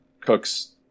Cooks